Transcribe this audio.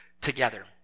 together